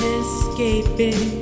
escaping